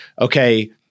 okay